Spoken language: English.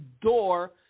door